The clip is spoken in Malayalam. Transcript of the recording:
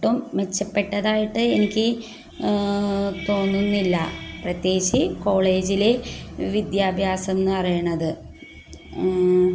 ഒട്ടും മെച്ചപ്പെട്ടതായിട്ട് എനിക്ക് തോന്നുന്നില്ല പ്രത്യേകിച്ച് കോളേജിലെ വിദ്യാഭ്യാസമെന്ന് പറയണത്